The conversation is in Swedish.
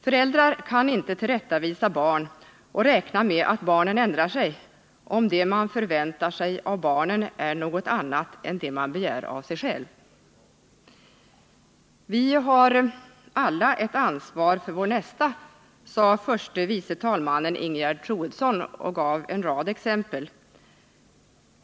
Föräldrar kan inte tillrättavisa sina barn och räkna med att barnen ändrar sig, om det de förväntar sig av barnen är någonting annat än vad man begär av sig själv. Vi har alla ett ansvar för vår nästa, sade förste vice talmannen Ingegerd Troedsson och gav en rad exempel.